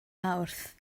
mawrth